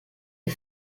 est